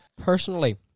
Personally